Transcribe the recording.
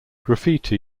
graffiti